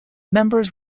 members